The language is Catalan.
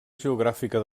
geogràfica